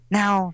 now